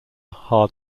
hard